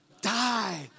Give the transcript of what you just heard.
die